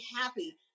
happy